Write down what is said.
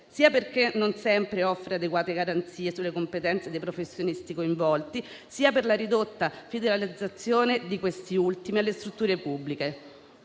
sia perché non sempre offre adeguate garanzie sulle competenze dei professionisti coinvolti, sia per la ridotta fidelizzazione di questi ultimi alle strutture pubbliche.